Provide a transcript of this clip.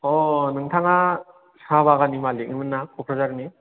अ नोंथाङा साहा बागाननि मालिकमोन ना क'क्राझारनि